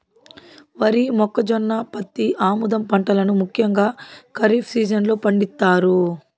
వరి, మొక్కజొన్న, పత్తి, ఆముదం పంటలను ముఖ్యంగా ఖరీఫ్ సీజన్ లో పండిత్తారు